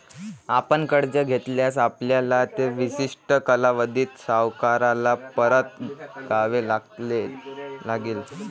आपण कर्ज घेतल्यास, आपल्याला ते विशिष्ट कालावधीत सावकाराला परत द्यावे लागेल